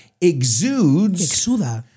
exudes